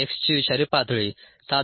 X ची विषारी पातळी 7